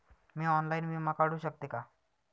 मी online विमा काढू शकते का?